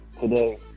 today